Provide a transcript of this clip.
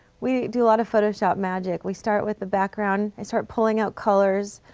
we do a lot of photoshop magic. we start with the background and start pulling out colors.